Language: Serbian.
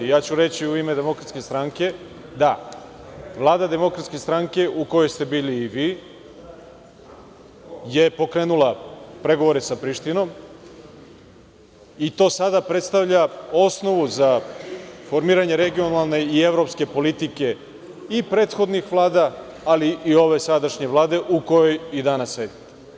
Ja ću reći u ime DS da je vlada DS u kojoj ste bili i vi pokrenula pregovore sa Prištinom, i to sada predstavlja osnovu za formiranje regionalne i evropske politike i prethodnih vlada, ali i ove sadašnje Vlade u kojoj i danas sedite.